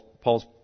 Paul's